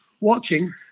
watching